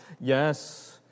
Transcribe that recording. yes